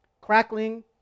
Crackling